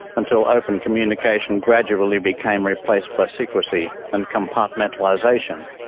until open communication gradually became replaced by secrecy and compartmentalization.